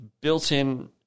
built-in